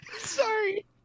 Sorry